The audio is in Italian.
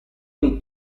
qui